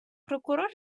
прокурор